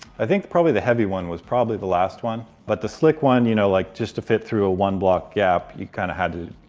i think probably the heavy one was probably the last one, but the slick one, you know, like just to fit through a one block gap, you kind of had to,